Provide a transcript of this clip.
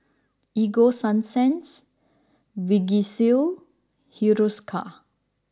Ego sunsense Vagisil Hiruscar